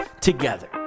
together